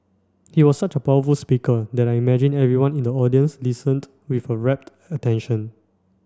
he was such a powerful speaker that I imagine everyone in the audience listened with a rapt attention